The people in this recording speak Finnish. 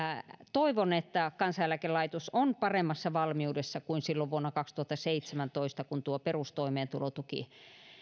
toivon että kansaneläkelaitos on paremmassa valmiudessa kuin silloin vuonna kaksituhattaseitsemäntoista kun perustoimeentulotuki